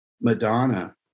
Madonna